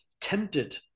tempted